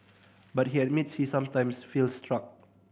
but he admits he sometimes feels stuck